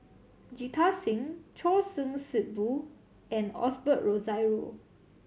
Jita Singh Choor Singh Sidhu and Osbert Rozario